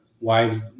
wives